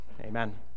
Amen